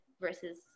versus